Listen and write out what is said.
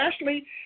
Ashley